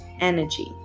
energy